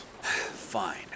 Fine